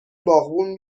باغبون